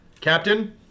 Captain